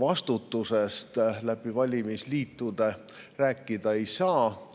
vastutusest valimisliitude puhul rääkida ei saa.